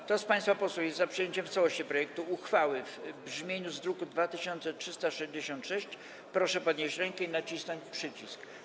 Kto z państwa posłów jest za przyjęciem w całości projektu uchwały w brzmieniu z druku nr 2366, proszę podnieść rękę i nacisnąć przycisk.